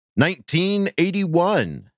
1981